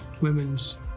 Women's